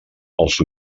els